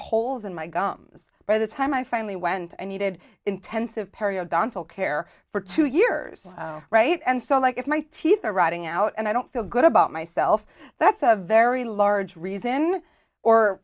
holes in my gums by the time i finally went and needed intensive periodontal care for two years right and so like my teeth are writing out and i don't feel good about myself that's a very large reason or